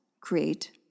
create